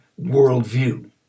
worldview